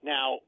Now